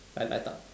light light up